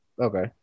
Okay